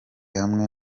hamwe